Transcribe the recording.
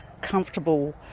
comfortable